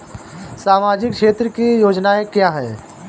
सामाजिक क्षेत्र की योजनाएँ क्या हैं?